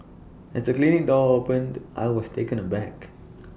as the clinic door opened I was taken aback